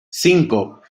cinco